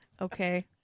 Okay